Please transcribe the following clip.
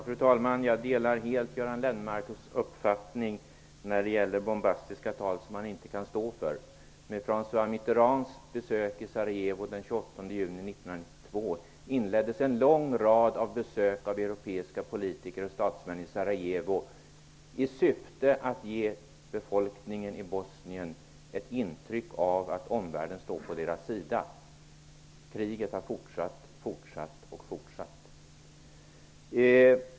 Fru talman! Jag delar helt Göran Lennmarkers uppfattning om bombastiska tal som man inte kan stå för. Med François Mitterrands besök i Sarajevo den 28 juni 1992 inleddes en lång rad av besök av europeiska politiker och statsmän i Sarajevo i syfte att ge befolkningen i Bosnien ett intryck av att omvärlden står på deras sida. Kriget har fortsatt, fortsatt och fortsatt.